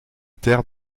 terre